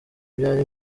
byari